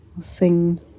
Sing